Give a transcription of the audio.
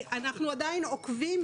אנחנו עדיין עוקבים.